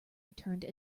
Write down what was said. returned